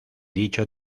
dicho